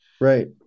right